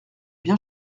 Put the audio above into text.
bien